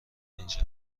اینجا